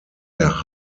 der